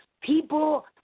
People